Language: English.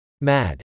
Mad